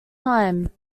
time